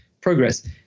progress